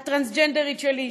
הטרנסג'נדרית שלי,